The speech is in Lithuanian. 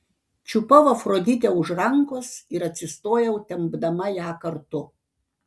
čiupau afroditę už rankos ir atsistojau tempdama ją kartu